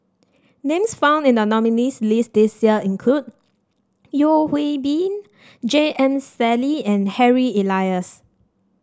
names found in the nominees' list this year include Yeo Hwee Bin J M Sali and Harry Elias